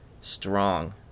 strong